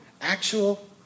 Actual